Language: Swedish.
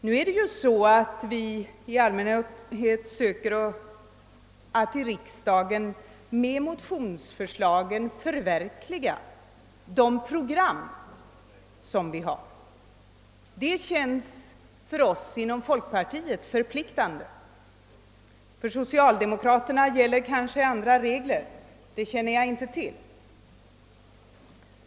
Vi söker i allmänhet att i riksdagen med motionsförslagen förverkliga de program som vi har. Detta känns för oss inom folkpartiet förpliktande. För socialdemokraterna gäller kanske andra regler; det känner jag inte till.